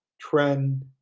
trend